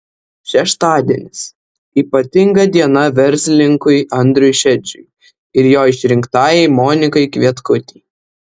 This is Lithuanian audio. šeštadienis ypatinga diena verslininkui andriui šedžiui ir jo išrinktajai monikai kvietkutei